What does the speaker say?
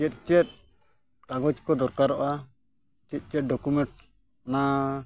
ᱪᱮᱫ ᱪᱮᱫ ᱠᱟᱜᱚᱡᱽ ᱠᱚ ᱫᱚᱨᱠᱟᱨᱚᱜᱼᱟ ᱪᱮᱫ ᱪᱮᱫ ᱰᱚᱠᱩᱢᱮᱱᱴ ᱚᱱᱟ